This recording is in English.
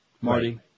Marty